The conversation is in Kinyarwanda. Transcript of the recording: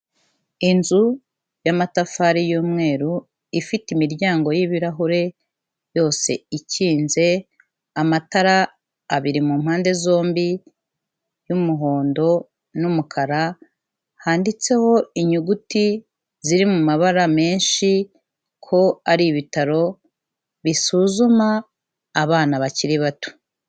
Inzu y'amatafari y'umweru, ifite imiryango y'ibirahure, yose ikinze, amatara abiri mu mpande zombi y'umuhondo n'umukara, handitseho inyuguti ziri mabara menshi ko ari ibitaro bisuzuma abana bakiri bato.